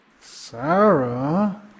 Sarah